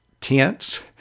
tense